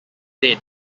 dead